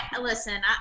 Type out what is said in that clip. Listen